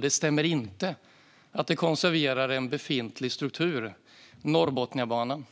Det stämmer inte att detta konserverar en befintlig struktur. Vi har Norrbotniabanan,